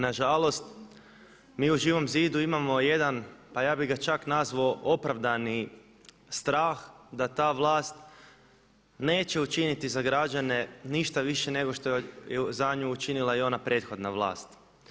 Nažalost, mi u Živom zidu imamo jedan, pa ja bi čak nazvao opravdani strah da ta vlast neće učiniti za građane ništa više nego što je za nju učinila i ona prethodna vlast.